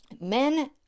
Men